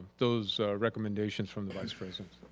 those recommendation from the vice president,